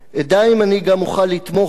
אדע אם אני אוכל גם לתמוך בו.